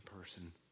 person